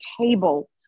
table